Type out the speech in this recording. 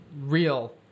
real